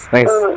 Nice